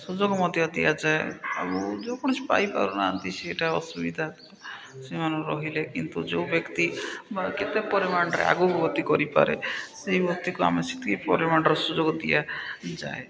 ସୁଯୋଗ ମଧ୍ୟ ଦିଆଯାଏ ଆଉ ଯେକୌଣସି ପାଇପାରୁନାହାନ୍ତି ସେଇଟା ଅସୁବିଧା ସେମାନେ ରହିଲେ କିନ୍ତୁ ଯୋଉ ବ୍ୟକ୍ତି ବା କେତେ ପରିମାଣରେ ଆଗକୁ ଗତି କରିପାରେ ସେଇ ବ୍ୟକ୍ତିକୁ ଆମେ ସେତିକି ପରିମାଣର ସୁଯୋଗ ଦିଆଯାଏ